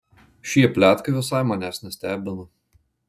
šie pletkai visai manęs nestebina